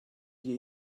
you